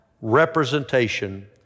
representation